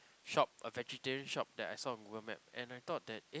shop a vegetarian shop that I saw on Google Map and I thought that eh